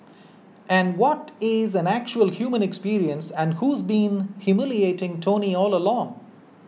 and what is an actual human experience and who's been humiliating Tony all along